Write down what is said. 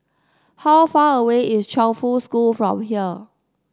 how far away is Chongfu School from here